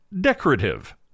decorative